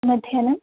मध्याह्नम्